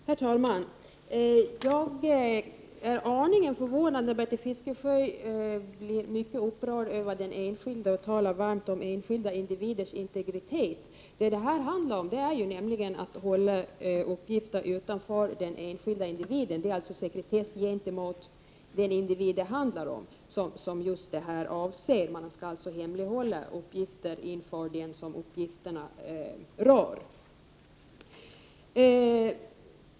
Herr talman! Jag är aningen förvånad över att Bertil Fiskesjö blir så upprörd och talar så varmt om enskilda individers integritet. Vad det här handlar om är nämligen att hålla uppgifter ifrån den enskilde individen. Det är alltså sekretess gentemot den individ det handlar om som detta avser. Man skall alltså hemlighålla uppgifter inför den som uppgifterna rör.